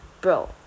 bro